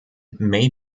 may